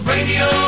Radio